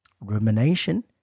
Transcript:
rumination